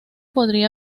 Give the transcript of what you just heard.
podría